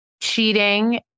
cheating